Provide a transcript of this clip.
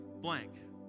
blank